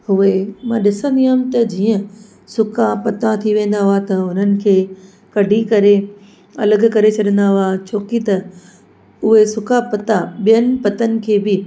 हूए मां ॾिसंदी हुयमि त जीअं सुका पता थी वेंदा हुआ त हुननि खे हुननि खे कढी करे अलॻि करे छॾींदा हुआ छो की त उहे सुका पता ॿियनि पतनि खे बि